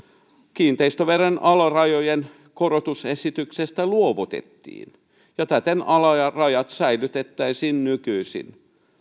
kiinteistöveron alarajojen korotusesityksestä luovutettiin ja täten alarajat säilytettäisiin nykyisinä